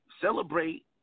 celebrate